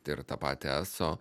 ir tą patį eso